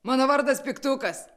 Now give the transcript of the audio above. mano vardas piktukas